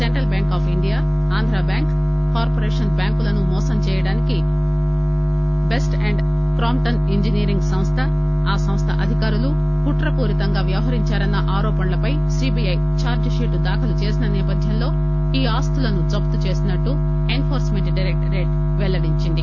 central bank of India Andhra bank corporation బ్యాంకులను మోసం చేసేందుకు బెస్ట్ అండ్ క్రాంప్టన్ ఇంజనీరింగ్ సంస్ట ఆ సంస్ట అధికారులు కుట్ర పూరితంగా వ్యవహరించారన్న ఆరోపణలపై సిబిఐ చార్జ్ షీట్ దాఖలు చేసిన సేపథ్యంలో ఈ ఆస్తులను జప్తు చేసినట్టు ఎన్ ఫోర్ప్ మెంట్ డైరెక్టరేట్ వెల్లడించింది